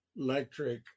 electric